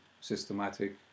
systematic